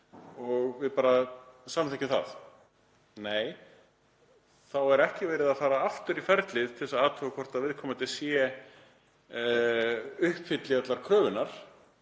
og við bara samþykkjum það. Nei, þá er ekki verið að fara aftur í ferlið til að athuga hvort viðkomandi uppfylli allar kröfurnar,